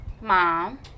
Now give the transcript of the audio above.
mom